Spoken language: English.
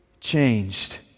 changed